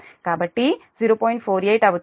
48 అవుతుంది